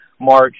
March